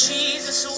Jesus